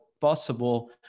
possible